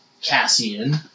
Cassian